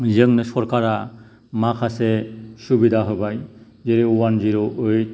जोंनो सरकारा माखासे सुबिदा होबाय जेरै अवान जिर' ओइट